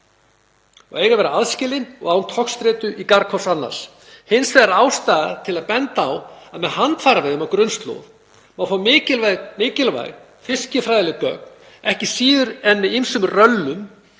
eiga að vera aðskilin og án togstreitu í garð hvort annars. Hins vegar er ástæða til að benda á að með handfæraveiðum á grunnslóð má fá mikilvæg fiskifræðileg gögn ekki síður en með ýmsum „röllum“